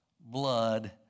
blood